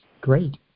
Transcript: great